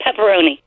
Pepperoni